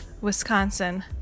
Wisconsin